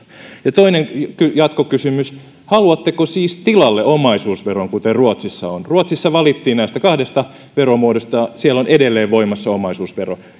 ja toinen jatkokysymys haluatteko siis tilalle omaisuusveron kuten ruotsissa on ruotsissa valittiin näistä kahdesta veromuodosta siellä on edelleen voimassa omaisuusvero